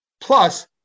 Plus